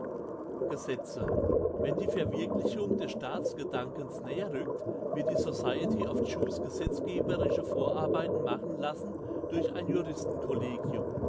gesetze wenn die verwirklichung des staatsgedankens näher rückt wird die society of jews gesetzgeberische vorarbeiten machen lassen durch ein